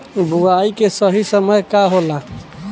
बुआई के सही समय का होला?